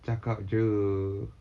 cakap jer